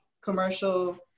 commercial